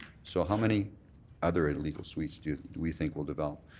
so how many other illegal suites do do we think will develop?